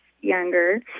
younger